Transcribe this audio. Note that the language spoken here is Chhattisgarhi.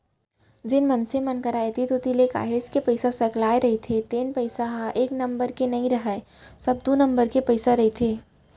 जेन मनसे मन करा ऐती तेती ले काहेच के पइसा सकलाय रहिथे तेन पइसा ह एक नंबर के नइ राहय सब दू नंबर के पइसा रहिथे